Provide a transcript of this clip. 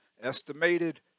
estimated